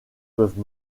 peuvent